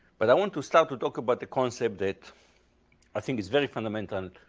but i want to start with talk about the concept that i think is very fundamental,